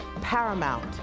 paramount